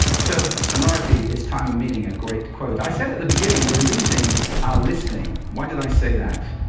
so, sonority is time and meaning a great quote. i said at the beginning, we're losing our listening. why did i say that?